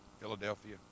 Philadelphia